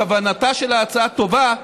כוונתה של ההצעה טובה,